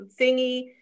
thingy